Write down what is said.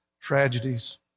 tragedies